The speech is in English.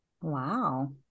Wow